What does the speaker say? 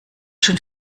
schon